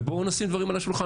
ובואו נשים דברים על השולחן,